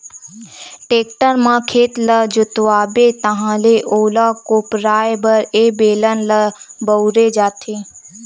tractor म खेत ल जोतवाबे ताहाँले ओला कोपराये बर ए बेलन ल बउरे जाथे